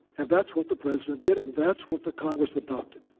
and that's what the president did and that's what the congress adopted.